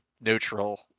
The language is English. neutral